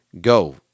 Go